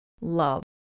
Love